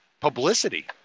publicity